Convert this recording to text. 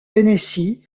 tennessee